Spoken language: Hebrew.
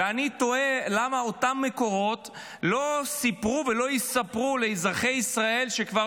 ואני תוהה למה אותם מקורות לא סיפרו ולא יספרו לאזרחי ישראל שכבר